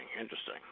interesting